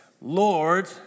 Lord